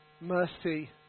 mercy